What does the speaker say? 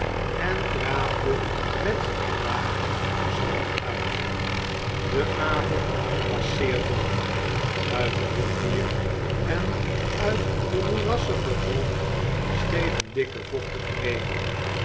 en draafde met den wagen de stad uit de avond was zeer donker uit de rivier en uit den moerassigen grond steeg een dikke vochtige nevel